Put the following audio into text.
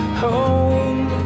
home